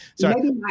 sorry